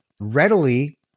readily